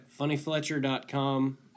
Funnyfletcher.com